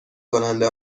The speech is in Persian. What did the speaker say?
کننده